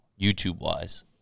YouTube-wise